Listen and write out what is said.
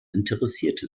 interessierte